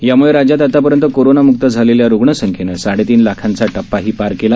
यामुळे राज्यात आजपर्यंत कोरोनामुक्त झालेल्या रुग्णसंख्येनं साडेतीन लाखांचा टप्पाही पार केला